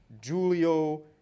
Julio